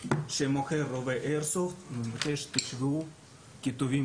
שמוכר רובה איירסופט ומבקש שתשוו את הכיתובים